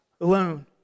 alone